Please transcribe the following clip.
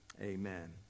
amen